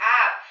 app